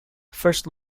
first